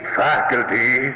faculty